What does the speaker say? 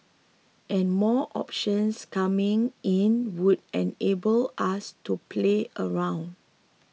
and more options coming in would enable us to play around